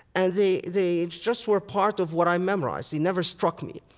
and they they just were part of what i memorized. it never struck me.